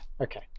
Okay